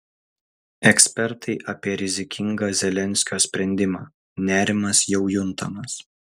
ekspertai apie rizikingą zelenskio sprendimą nerimas jau juntamas